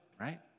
right